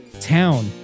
town